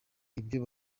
ibyo